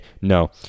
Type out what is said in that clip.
no